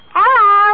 Hello